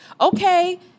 okay